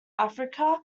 africa